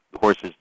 horses